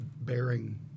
bearing